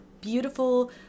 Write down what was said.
beautiful